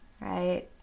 right